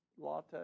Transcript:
latte